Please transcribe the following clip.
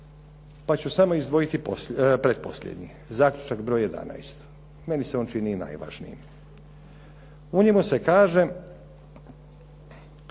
pa ću samo izdvojiti pretposljednji, zaključak broj 11. meni se on čini najvažnijim. U njemu se kaže